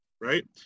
right